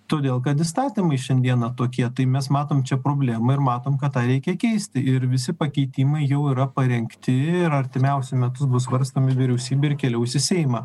todėl kad įstatymai šiandieną tokie tai mes matom čia problemą ir matom kad tą reikia keisti ir visi pakeitimai jau yra parengti ir artimiausiu metus bus svarstomi vyriausybėj ir keliaus į seimą